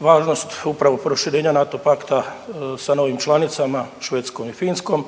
važnost upravo proširenja NATO pakta sa novim članicama, Švedskom i Finskom.